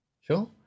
Sure